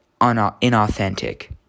inauthentic